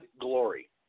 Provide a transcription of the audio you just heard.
glory